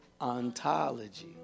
ontology